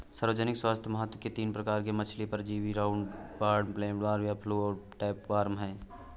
सार्वजनिक स्वास्थ्य महत्व के तीन प्रकार के मछली परजीवी राउंडवॉर्म, फ्लैटवर्म या फ्लूक और टैपवार्म है